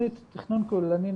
תכנית תכנון כוללני,